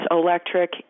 electric